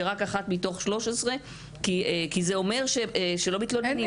שרק אחת מתוך 13. כי זה אומר שלא מתלוננים.